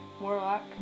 warlock